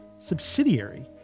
subsidiary